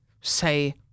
say